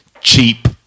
cheap